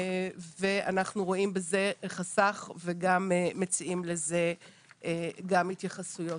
ואנחנו רואים בזה חסך וגם מציעים לזה גם התייחסויות.